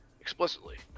explicitly